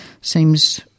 seems